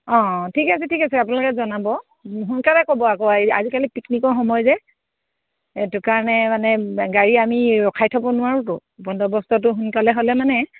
অঁ ঠিক আছে ঠিক আছে আপোনালোকে জনাব সোনকালে ক'ব আকৌ আজিকালি পিকনিকৰ সময় যে সেইটো কাৰণে মানে গাড়ী আমি ৰখাই থ'ব নোৱাৰোঁতো বন্দবস্তটো সোনকালে হ'লে মানে